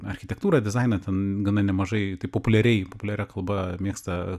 architektūrą dizainą ten gana nemažai tai populiariai populiaria kalba mėgsta